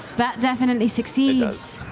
that definitely succeeds.